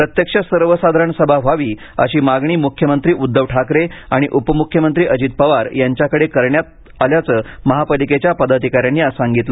प्रत्यक्ष सर्वसाधारण सभा व्हावी अशी मागणी मुख्यमंत्री उद्धव ठाकरे आणि उपमुख्यमंत्री अजित पवार यांच्याकडे करणार असल्याचं महापालिकेच्या पदाधिकाऱ्यांनी आज संगितलं